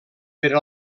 per